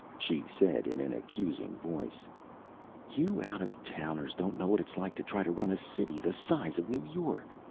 she said in an accusing voice you out-of-towners don't know what it's like to try to run a city the size of new york.